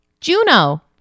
Juno